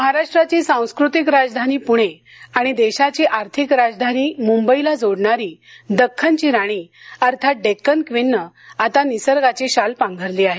महाराष्ट्राची सांस्कृतिक राजधानी पुणे आणि देशाची आर्थिक राजधानी मुंबईला जोडणारी दक्खनची राणी अर्थात डेक्कन क्वीनने आता निसर्गाची शाल पांघरली आहे